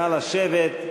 נא לשבת.